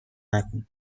نکنید